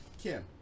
Kim